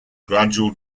gradual